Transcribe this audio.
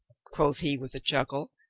quoth he with a chuckle,